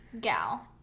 gal